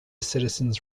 citizens